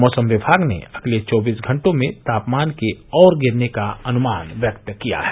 मौसम विमाग ने अगले चौबीस घटों में तापमान को और गिरने का अन्मान व्यक्त किया है